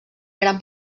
gran